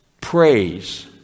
praise